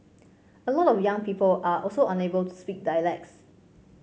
a lot of young people are also unable to speak dialects